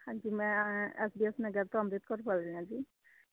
ਹਾਂਜੀ ਮੈਂ S B S Nagar ਤੋਂ ਅੰਮ੍ਰਿਤ ਕੌਰ ਬੋਲ ਰਹੀ ਹਾਂ ਜੀ